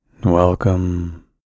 Welcome